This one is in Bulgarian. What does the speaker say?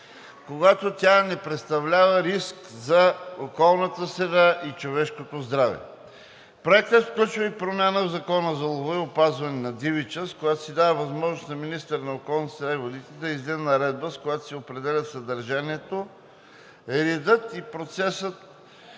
когато тя не представлява риск за околната среда и човешкото здраве. Проектът включва и промяна в Закона за лова и опазване на дивеча, с която се дава възможност на министъра на околната среда и водите да издаде наредба, с която се определят съдържанието, редът, процесът